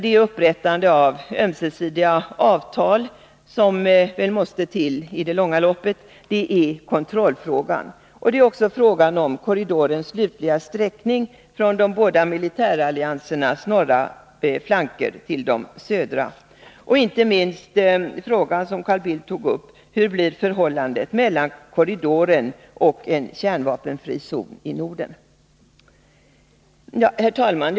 Det är upprättandet av ömsesidiga avtal, som måste till i det långa loppet, och det är kontrollfrågan. Det är också frågan om korridorens slutliga sträckning från de båda militäralliansernas norra flanker till de södra. Inte minst är det den frågan som Carl Bildt tog upp: Hur blir förhållandet mellan korridoren och en kärnvapenfri zon i Norden? Herr talman!